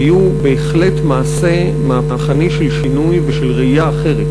היו בהחלט מעשה מהפכני של שינוי ושל ראייה אחרת